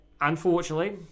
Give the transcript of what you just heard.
unfortunately